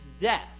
death